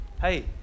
hey